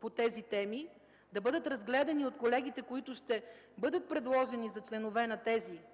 по тези теми, да бъдат разгледани от колегите, които ще бъдат предложени за членове на тази комисия.